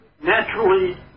naturally